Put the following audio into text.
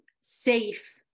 safe